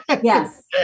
yes